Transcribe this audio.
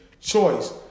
choice